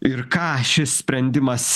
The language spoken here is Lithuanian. ir ką šis sprendimas